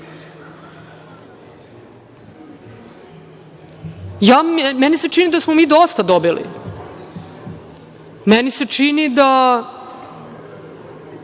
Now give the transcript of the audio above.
toga. Meni se čini da smo mi dosta dobili. Meni se čini da